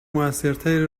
موثرتری